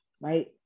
right